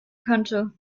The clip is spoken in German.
könnte